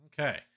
Okay